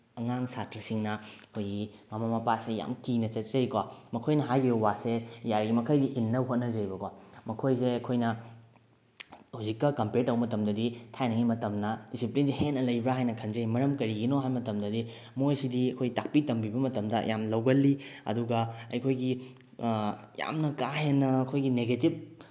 ꯑꯉꯥꯡ ꯁꯥꯇ꯭ꯔꯁꯤꯡꯅ ꯑꯩꯈꯣꯏꯒꯤ ꯃꯃꯥ ꯃꯄꯥꯁꯦ ꯌꯥꯝ ꯀꯤꯅ ꯆꯠꯆꯩꯀꯣ ꯃꯈꯣꯏꯅ ꯍꯥꯏꯈꯤꯕ ꯋꯥꯁꯦ ꯌꯥꯔꯤꯃꯈꯩꯗꯤ ꯏꯟꯅꯕ ꯍꯣꯠꯅꯖꯩꯑꯕꯀꯣ ꯃꯈꯣꯏꯁꯦ ꯑꯩꯈꯣꯏꯅ ꯍꯧꯖꯤꯛꯀ ꯀꯝꯄ꯭ꯌꯔ ꯇꯧꯕ ꯃꯇꯝꯗꯗꯤ ꯊꯥꯏꯅꯉꯩ ꯃꯇꯝꯅ ꯗꯤꯁꯤꯄ꯭ꯂꯤꯟꯁꯦ ꯍꯦꯟꯅ ꯂꯩꯕ꯭ꯔ ꯍꯥꯏꯅ ꯈꯟꯖꯩ ꯃꯔꯝ ꯀꯔꯤꯒꯤꯅꯣ ꯍꯥꯏ ꯃꯇꯝꯗꯗꯤ ꯃꯣꯏꯁꯤꯗꯤ ꯑꯩꯈꯣꯏ ꯇꯥꯛꯄꯤ ꯇꯝꯕꯤꯕ ꯃꯇꯝꯗ ꯌꯥꯝ ꯂꯧꯒꯜꯂꯤ ꯑꯗꯨꯒ ꯑꯩꯈꯣꯏꯒꯤ ꯌꯥꯝꯅ ꯀꯥ ꯍꯦꯟꯅ ꯑꯩꯈꯣꯏꯒꯤ ꯅꯦꯒꯦꯇꯤꯞ